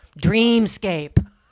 Dreamscape